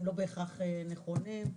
הם לא בהכרח נכונים.